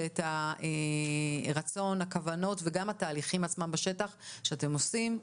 את הרצון והכוונות וגם התהליכים עצמם שאתם עושים בשטח.